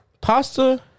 pasta